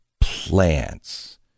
plants